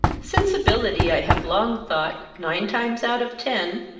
sensibility i have long thought, nine times out of ten,